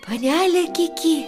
panele kiki